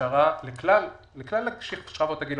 העשרה לכלל שכבות הגיל,